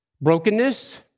Brokenness